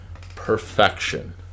perfection